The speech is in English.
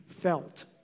felt